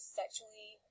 sexually